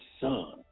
son